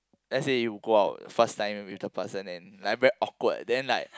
let's say if you go out first time with the person and like very awkward then like